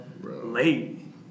late